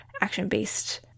action-based